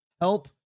help